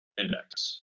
index